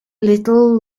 little